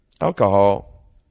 alcohol